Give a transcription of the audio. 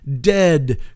dead